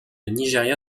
nigeria